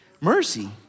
Mercy